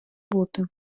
бути